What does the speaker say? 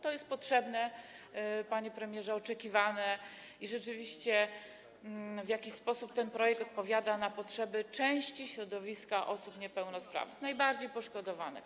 To jest potrzebne, panie premierze, oczekiwane i rzeczywiście w jakiś sposób ten projekt odpowiada na potrzeby części środowiska osób niepełnosprawnych, najbardziej poszkodowanych.